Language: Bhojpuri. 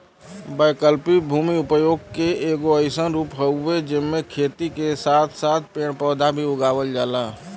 वैकल्पिक भूमि उपयोग के एगो अइसन रूप हउवे जेमे खेती के साथ साथ पेड़ पौधा भी उगावल जाला